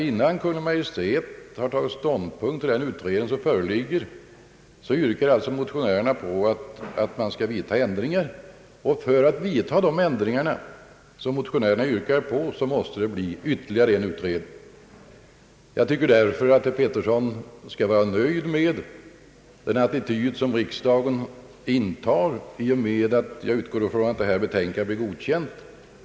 Innan Kungl. Maj:t har tagit ståndpunkt till den utredning som föreligger yrkar motionärerna alltså på ändringar, och för att vidta sådana ändringar som motionärerna yrkar på måste det bli ytterligare en utredning. Jag tycker därför att herr Pettersson skall vara nöjd med den attityd som riksdagen intar i och med att — vilket jag utgår ifrån — majoritetens förslag blir godkänt.